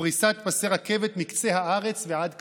ופריסת פסי רכבת מקצה הארץ ועד קצה.